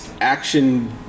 action